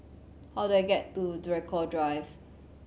how do I get to Draycott Drive